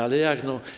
Ale jak to?